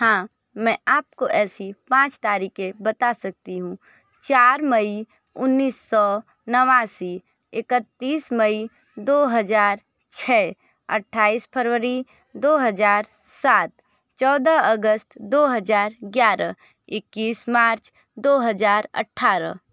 हाँ मैं आपको ऐसी पाँच तारीखें बता सकती हूँ चार मई उन्नीस सौ नवासी इकत्तीस मई दो हज़ार छे अठाईस फरवरी दो हज़ार सात चौदह अगस्त दो हज़ार ग्यारह इक्कीस मार्च दो हज़ार अट्ठारह